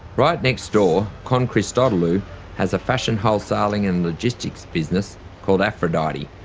right next door, con christodoulou has a fashion wholesaling and logistics business called aphrodite,